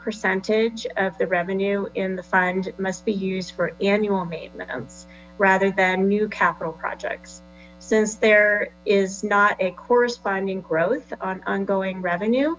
percentage of the revenue in the fund must be used for annual maintenance rather than new capital projects since there is not a corresponding growth on ongoing revenue